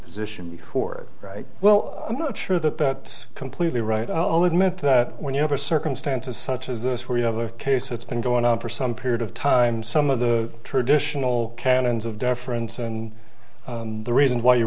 position who are right well i'm not sure that completely right i'll admit that when you have a circumstances such as this where you have a case that's been going on for some period of time some of the traditional canons of deference and the reason why you